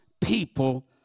people